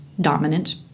dominant